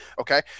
Okay